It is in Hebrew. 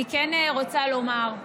אני כן רוצה לומר: